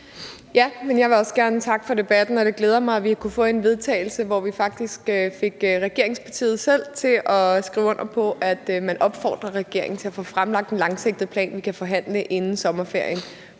Jeg vil også gerne takke for debatten, og det glæder mig, at vi har kunnet få en vedtagelse, hvor vi faktisk fik regeringspartiet selv til at skrive under på, at man opfordrer regeringen til at få fremlagt en langsigtet plan, vi kan forhandle inden sommerferien,